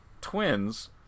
Twins